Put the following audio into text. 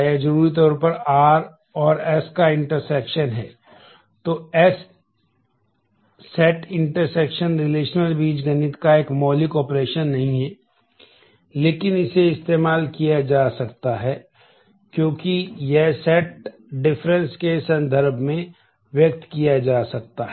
यह जरूरी तौर पर आर और एस का इंटरसेक्शन के संदर्भ में व्यक्त किया जा सकता है